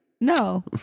No